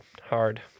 Hard